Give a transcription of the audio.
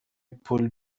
پول